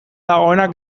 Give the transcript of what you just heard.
dagoenak